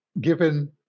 given